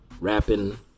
rapping